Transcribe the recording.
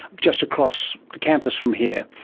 just across the campus from here,